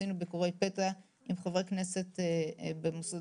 עשינו ביקורי פתע עם חברי כנסת במוסדות,